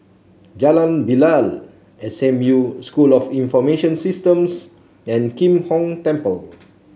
Jalan Bilal S M U School of Information Systems and Kim Hong Temple